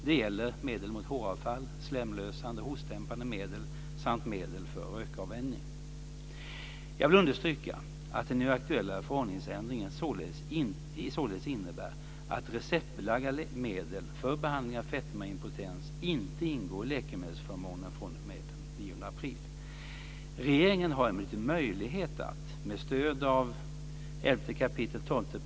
Det gäller medel mot håravfall, slemlösande och hostdämpande medel samt medel för rökavvänjning. Jag vill understryka att den nu aktuella förordningsändringen således innebär att receptbelagda medel för behandling av fetma och impotens inte ingår i läkemedelsförmånen fr.o.m. den 9 april.